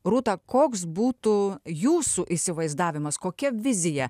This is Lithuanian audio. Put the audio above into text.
rūta koks būtų jūsų įsivaizdavimas kokia vizija